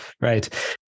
Right